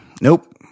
nope